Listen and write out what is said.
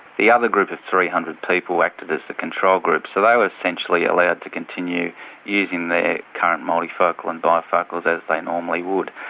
the other group of three hundred people acted as the control group so they were essentially allowed to continue using their current multifocal and bifocals as they normally would.